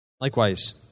Likewise